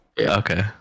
Okay